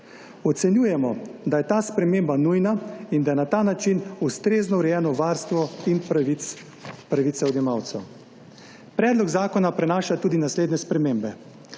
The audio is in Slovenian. Ocenjujemo, da je ta sprememba nujna in da je na ta način ustrezno urejeno varstvo in pravice odjemalcev. Predlog zakona prinaša tudi naslednje spremembe.